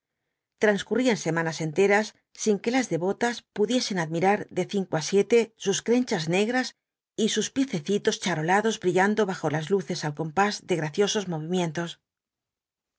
transcurrían semanas enteras sin que las devotas pudiesen admirar de cinco á siete sus crenchas negras y sus piececitos charolados brillando bajo las luces al compás de graciosos movimientos